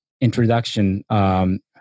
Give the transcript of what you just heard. introduction